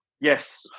Yes